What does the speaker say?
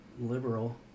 liberal